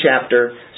chapter